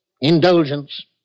indulgence